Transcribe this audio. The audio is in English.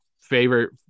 favorite